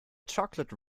chocolate